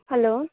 hello